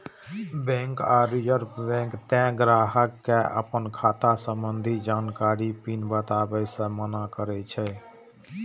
bank आ reserve bank तें ग्राहक कें अपन खाता संबंधी जानकारी, पिन बताबै सं मना करै छै